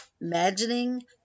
imagining